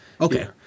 Okay